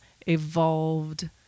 evolved